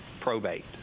probate